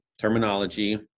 terminology